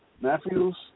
Matthews